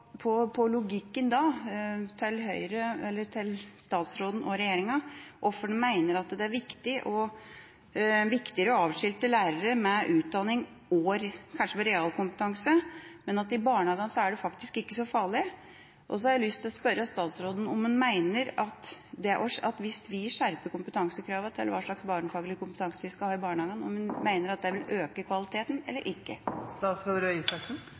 logikken til statsråden og regjeringa, hvorfor de mener det er viktigere å avskilte lærere med utdanning, som kanskje har år med realkompetanse, men at det i barnehagene faktisk ikke er så farlig. Jeg har også lyst til å spørre statsråden: Mener han at hvis vi skjerper kravene til hva slags barnefaglig kompetanse vi skal ha i barnehagene, øker det kvaliteten eller ikke? Flere med barnefaglig kompetanse i barnehagen øker kvaliteten. Det kan det ikke